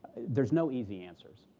there's no easy answers.